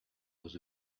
was